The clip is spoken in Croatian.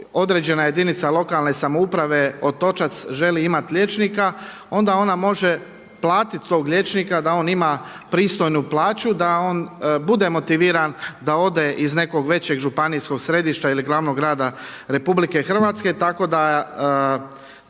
određena jedinica lokalne samouprave Otočac želi imat liječnika onda ona može platit tog liječnika da on ima pristojnu plaću, da on bude motiviran da ode iz nekog većeg županijskog središta ili glavnog grada Republike Hrvatske